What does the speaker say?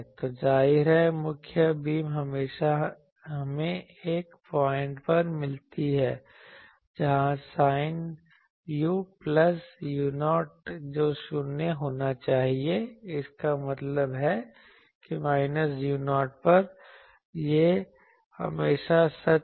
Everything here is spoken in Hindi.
तो जाहिर है मुख्य बीम हमेशा हमें एक पॉइंट पर मिलती है जहां साइन u प्लस u0 जो शून्य होना चाहिए इसका मतलब है कि माइनस u0 पर यह हमेशा सच है